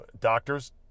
doctors